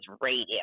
radio